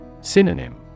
Synonym